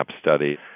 study